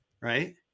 right